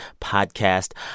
podcast